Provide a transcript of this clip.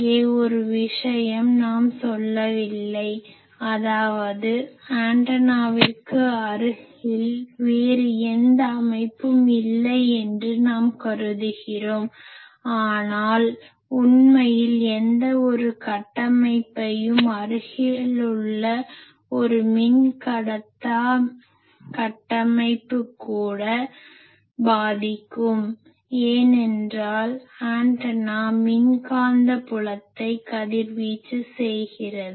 இங்கே ஒரு விஷயம் நாம் சொல்லவில்லை அதாவது ஆண்டனாவிற்கு அருகில் வேறு எந்த அமைப்பும் இல்லை என்று நாம் கருதுகிறோம் ஆனால் உண்மையில் எந்தவொரு கட்டமைப்பையும் அருகிலுள்ள ஒரு மின்கடத்தா கட்டமைப்பு கூட பாதிக்கும் ஏனென்றால் ஆண்டனா மின்காந்த புலத்தை கதிர்வீச்சு செய்கிறது